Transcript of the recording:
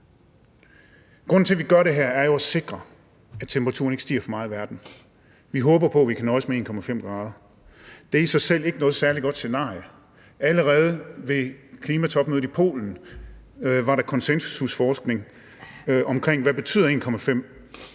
Grunden til, at vi gør det her, er jo for at sikre, at temperaturen ikke stiger for meget i verden. Vi håber på, at vi kan nøjes med 1,5 grader. Det er i sig selv ikke noget særlig godt scenarie. Allerede ved klimatopmødet i Polen var der konsensusforskning om, hvad en